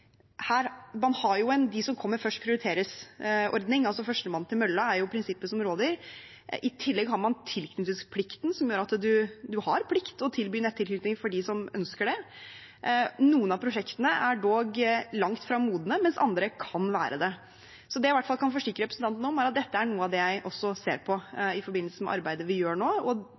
man har en ordning der de som kommer først, prioriteres. Førstemann til mølla er prinsippet som råder. I tillegg har man tilknytningsplikten, som gjør at man har plikt til å tilby nettilknytning for dem som ønsker det. Noen av prosjektene er dog langt fra modne, mens andre kan være det. Det jeg i hvert fall kan forsikre representanten om, er at dette er noe av det jeg også ser på i forbindelse med arbeidet vi gjør nå. Kontinuerlig kommer også både RME – altså reguleringsmyndigheten – og